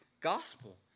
gospel